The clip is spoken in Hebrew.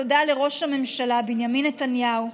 תודה לראש הממשלה בנימין נתניהו,